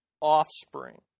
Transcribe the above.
offspring